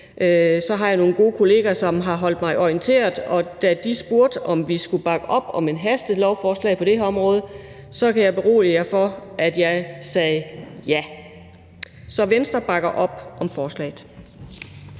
har jeg nogle gode kollegaer, som har holdt mig orienteret, og da de spurgte, om vi skulle bakke op om et hastelovforslag på det her område, kan jeg berolige jer med, at jeg sagde ja. Så Venstre bakker op om forslaget.